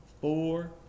four